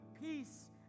peace